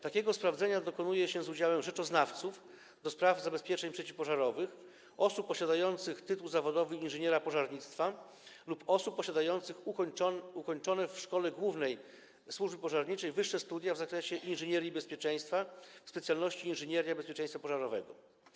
Takiego sprawdzenia dokonuje się z udziałem rzeczoznawców do spraw zabezpieczeń przeciwpożarowych, osób posiadających tytuł zawodowy inżyniera pożarnictwa lub osób posiadających ukończone w Szkole Głównej Służby Pożarniczej wyższe studia w zakresie inżynierii bezpieczeństwa na specjalności: Inżynieria bezpieczeństwa pożarowego.